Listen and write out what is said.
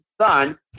son